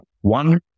One